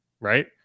right